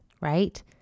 right